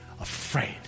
afraid